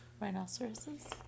rhinoceroses